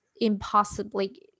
impossibly